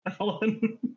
Alan